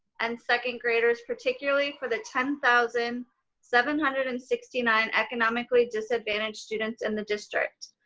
and second graders particularly for the ten thousand seven hundred and sixty nine economically disadvantaged students in the district,